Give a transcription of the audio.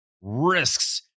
risks